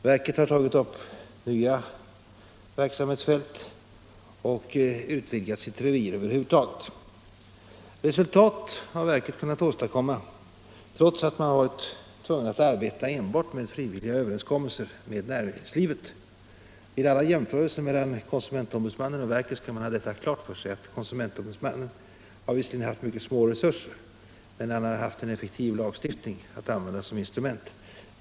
Verket har tagit upp nya verksamhetsfält och utvecklat sitt revir över huvud taget. Resultat har verket kunnat åstadkomma, trots att man varit tvungen att arbeta enbart med frivilliga överenskommelser med näringslivet. Vid alla jämförelser mellan konsumentombudsmannen och verket skall man ha klart för sig, att konsumentombudsmannen visserligen har haft mycket små resurser, men han har haft en effektiv lagstiftning att använda som instrument.